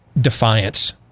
defiance